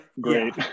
Great